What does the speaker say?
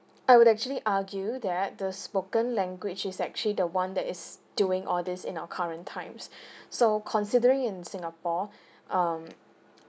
I would actually argue that the spoken language is actually the one that is doing all this in our current times so considering in singapore um